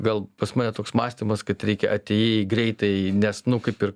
gal pas mane toks mąstymas kad reikia atėjai greitai nes nu kaip ir